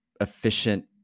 efficient